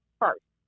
first